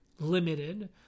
limited